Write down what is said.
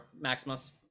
Maximus